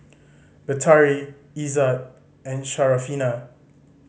Batari Izzat and Syarafina